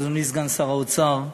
אדוני סגן שר האוצר,